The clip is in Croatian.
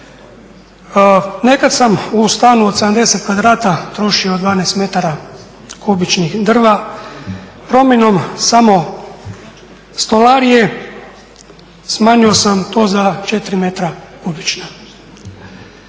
Nekad sam u stanu od 70 kvadrata trošio 12 metara kubičnih drva, promjenom samo stolarije smanjio sam to za 4 metra kubična.